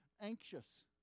anxious